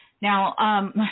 Now